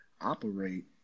operate